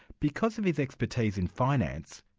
because of his expertise in finance,